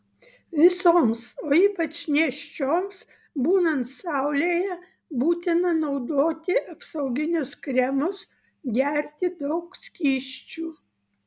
visoms o ypač nėščioms būnant saulėje būtina naudoti apsauginius kremus gerti daug skysčių